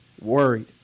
worried